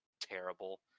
terrible